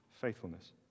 faithfulness